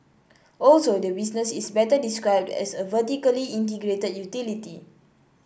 also the business is better described as a vertically integrated utility